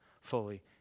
fully